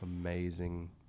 amazing